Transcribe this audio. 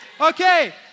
Okay